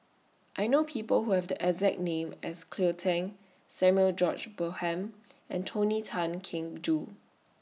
I know People Who Have The exact name as Cleo Thang Samuel George Bonham and Tony Tan Keng Joo